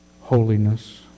holiness